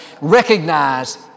recognize